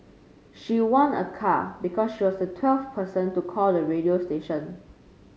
she won a car because she was the twelfth person to call the radio station